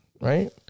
right